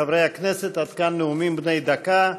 חברי הכנסת, עד כאן נאומים בני דקה.